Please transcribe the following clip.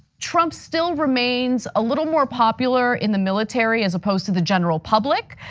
trump still remains a little more popular in the military as opposed to the general public,